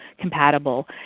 compatible